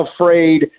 afraid